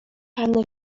pan